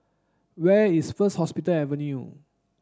where is First Hospital Avenue